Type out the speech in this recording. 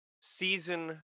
season